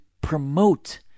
promote